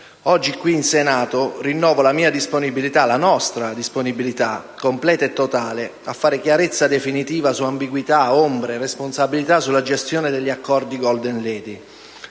Oggi qui, in Senato, rinnovo la nostra disponibilità completa e totale a fare chiarezza definitiva su ambiguità, ombre e responsabilità sulla gestione degli accordi Golden Lady,